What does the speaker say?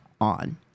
on